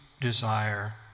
Desire